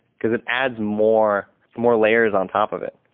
cause it adds more more layers on top of it.